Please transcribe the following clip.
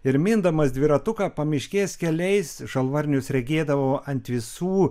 ir mindamas dviratuką pamiškės keliais žalvarnius regėdavau ant visų